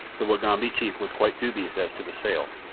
the wagambi chief was quite dubious as to the sail,